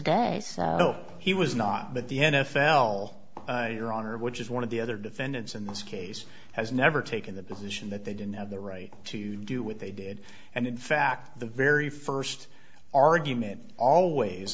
though he was not but the n f l your honor which is one of the other defendants in this case has never taken the position that they didn't have the right to do what they did and in fact the very first argument always